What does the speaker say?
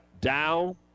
Dow